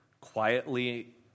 quietly